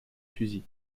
fusils